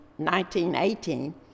1918